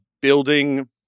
building